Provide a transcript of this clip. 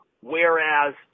Whereas